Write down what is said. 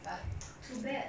but too bad